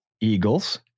Eagles